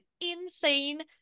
insane